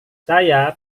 saya